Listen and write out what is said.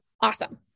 awesome